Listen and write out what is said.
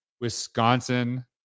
Wisconsin